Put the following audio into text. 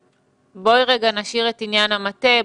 נשאיר את עניין המטה,